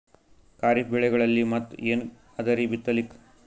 ಖರೀಫ್ ಬೆಳೆಗಳಲ್ಲಿ ಮತ್ ಏನ್ ಅದರೀ ಬಿತ್ತಲಿಕ್?